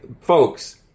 folks